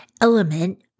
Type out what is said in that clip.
Element